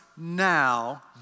now